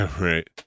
Right